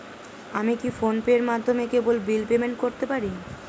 আমি কি ফোন পের মাধ্যমে কেবল বিল পেমেন্ট করতে পারি?